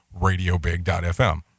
radiobig.fm